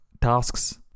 tasks